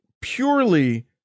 purely